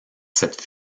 cette